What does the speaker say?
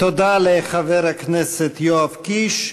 תודה לחבר הכנסת יואב קיש.